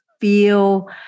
feel